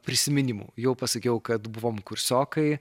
prisiminimų jau pasakiau kad buvom kursiokai